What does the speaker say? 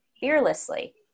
fearlessly